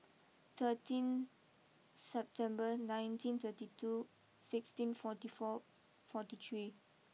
thirteen September nineteen thirty two sixteen forty four forty three